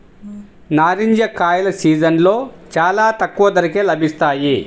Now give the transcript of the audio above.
నారింజ కాయల సీజన్లో చాలా తక్కువ ధరకే లభిస్తాయి